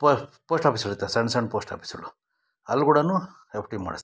post ಆಫೀಸ್ಗಳು ಇರುತ್ತೆ ಸಣ್ಣ ಸಣ್ಣ ಪೋಸ್ಟ್ ಆಫೀಸ್ಗಳು ಅಲ್ಲಿ ಕೂಡ ಎಫ್ ಡಿ ಮಾಡಿಸ್ತೀವಿ